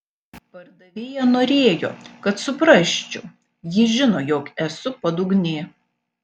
pardavėja norėjo kad suprasčiau ji žino jog esu padugnė